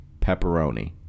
pepperoni